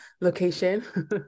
location